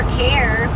care